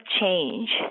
change